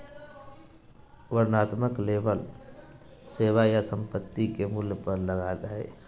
वर्णनात्मक लेबल सेवा या संपत्ति के मूल्य पर लगा हइ